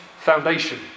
foundation